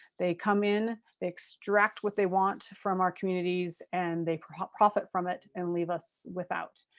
they come in. they extract what they want from our communities and they profit profit from it and leave us without.